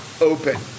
open